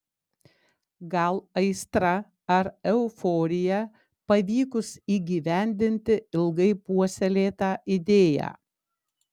gal aistra ar euforija pavykus įgyvendinti ilgai puoselėtą idėją